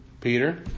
Peter